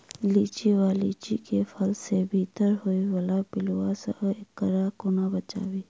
लिच्ची वा लीची केँ फल केँ भीतर होइ वला पिलुआ सऽ एकरा कोना बचाबी?